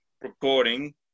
recording